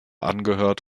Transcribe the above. angehört